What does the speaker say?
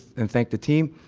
and thank the team,